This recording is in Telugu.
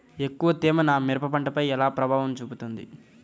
ఎక్కువ తేమ నా మిరప పంటపై ఎలా ప్రభావం చూపుతుంది?